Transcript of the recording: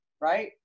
right